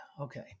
okay